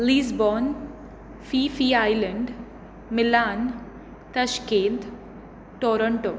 Lisbon Phi Phi Island Milan Tashkent Toronto